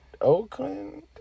Oakland